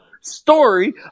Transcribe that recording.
story